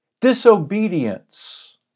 Disobedience